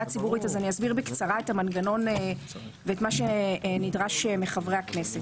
הציבורית אז אני אסביר בקצרה את המנגנון ואת מה שנדרש מחברי הכנסת.